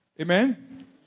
Amen